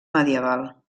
medieval